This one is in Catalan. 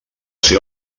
ser